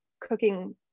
cooking